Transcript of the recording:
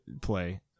play